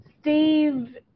Steve